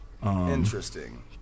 Interesting